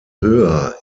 höher